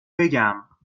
بگم